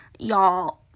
y'all